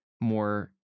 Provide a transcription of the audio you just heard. more